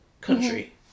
country